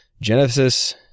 Genesis